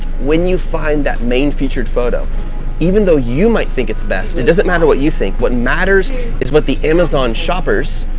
when you find that main featured photo even though you might think it's best, it doesn't matter what you think. what matters is what the amazon shoppers,